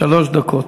שלוש דקות.